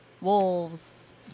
wolves